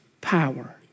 power